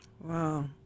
Wow